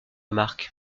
marque